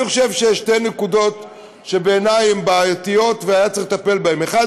אני חושב שיש שתי נקודות שבעיני הן בעייתיות והיה צריך לטפל בהן: אחת,